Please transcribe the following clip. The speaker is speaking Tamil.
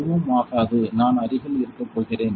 எதுவும் ஆகாது நான் அருகில் இருக்க போகிறேன்